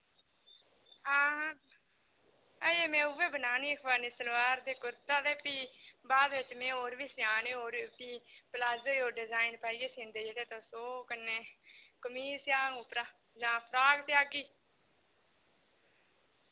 हां हां अजें मैं उय्यै बनानी अफगानी सलवार ते कुर्ता ते फ्ही बाद विच मैं और बी सिआने और फ्ही प्लाजो ही ओ डिजाइन पाइयै सींदे जेह्ड़े तुस ओह् कन्नै कमीच सिआंग उप्परा जां फ्राक सिआगी